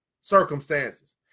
circumstances